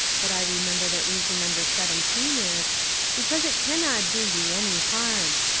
but i remember that reason number seventeen is because it canna do ye any harm.